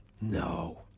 No